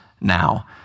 now